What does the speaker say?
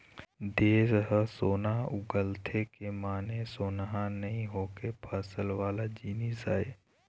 देस ह सोना उगलथे के माने सोनहा नइ होके फसल वाला जिनिस आय